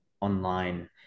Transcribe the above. online